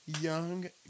Young